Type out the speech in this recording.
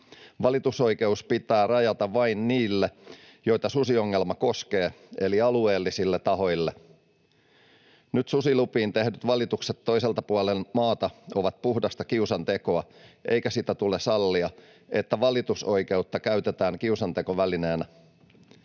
Valitusoikeus pitää rajata vain niille, joita susiongelma koskee, eli alueellisille tahoille. Nyt susilupiin tehdyt valitukset toiselta puolen maata ovat puhdasta kiusantekoa, eikä tule sallia sitä, että valitusoikeutta käytetään kiusantekovälineenä.